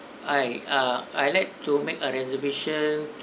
hi uh I like to make a reservation